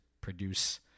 produce